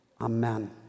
amen